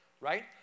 right